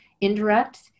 indirect